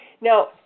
Now